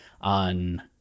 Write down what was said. on